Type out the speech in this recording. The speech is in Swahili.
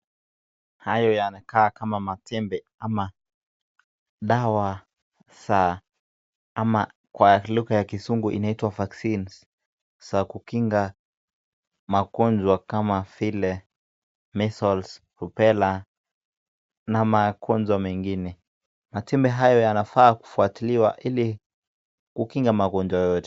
Haya nakaa kama matembe ama dawa za ama kwa lugha ya kizungu inaitwa vaccines za kukinga magonjwa kama vile measles rubella na magonjwa mengine. Matembe haya yanafaa kufuatiliwa ili kukinga magonjwa yoyote.